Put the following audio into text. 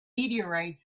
meteorites